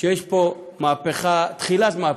שיש פה מהפכה, תחילת מהפכה.